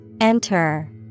Enter